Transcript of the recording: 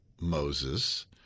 Moses